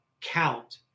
count